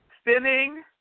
spinning